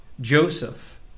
Joseph